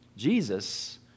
Jesus